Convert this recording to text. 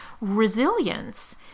resilience